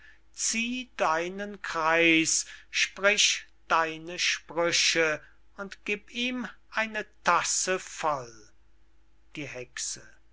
zieh deinen kreis sprich deine sprüche und gieb ihm eine tasse voll die hexe